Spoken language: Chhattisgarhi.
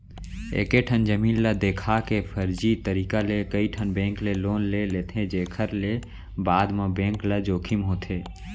एकेठन जमीन ल देखा के फरजी तरीका ले कइठन बेंक ले लोन ले लेथे जेखर ले बाद म बेंक ल जोखिम होथे